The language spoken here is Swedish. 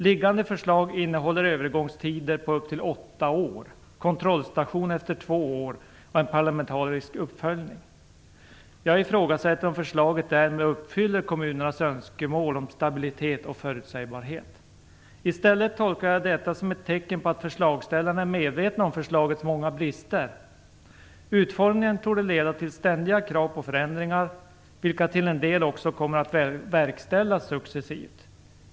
Liggande förslag innehåller övergångstider på upp till åtta år, kontrollstation efter två år och en parlamentarisk uppföljning. Jag ifrågasätter om förslaget därmed uppfyller kommunernas önskemål om stabilitet och förutsägbarhet. I stället tolkar jag detta som ett tecken på att förslagsställarna är medvetna om förslagets många brister. Utformningen torde leda till ständiga krav på förändringar, vilka till en del också kommer att verkställas successivt.